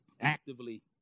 Actively